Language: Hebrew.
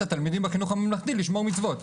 התלמידים בחינוך הממלכתי לשמור מצוות,